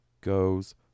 goes